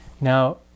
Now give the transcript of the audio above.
Now